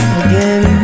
again